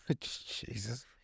Jesus